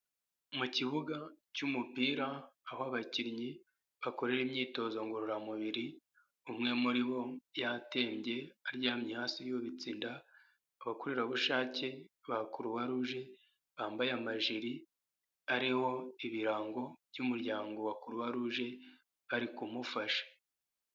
Mu kibuga cy'umupira aho abakinnyi bakorera imyitozo ngororamubiri, umwe muri bo yatembye aryamye hasi yubitse inda, abakorerabushake ba croix rouge bambaye amajiri ariho ibirango by'umuryango bya croix rouge bari kumufasha.